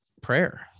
prayer